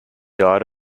died